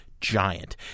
giant